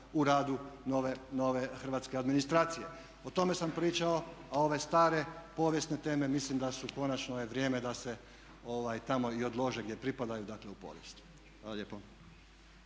u radu nove hrvatske administracije. O tome sam pričao, a ove stare povijesne teme mislim da konačno je vrijeme da se tamo i odlože gdje pripadaju, dakle u povijest.